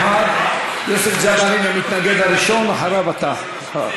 יוסף ג'בארין הוא המתנגד הראשון, ואחריו אתה.